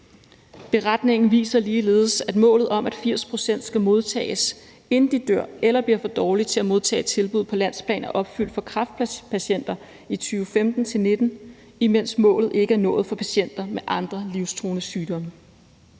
Beretningen viser ligeledes, at målet om, at 80 pct. skal modtages, inden de dør eller bliver for dårlige til at modtage et tilbud på landsplan, er opfyldt for kræftpatienter i 2015 til 2019, imens målet ikke er nået for patienter med andre livstruende sygdomme.